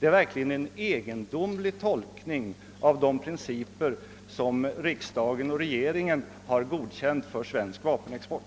Det är verkligen en egendomlig tolkning av de principer som riksdagen och regeringen godkänt för svensk vapenexport.